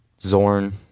Zorn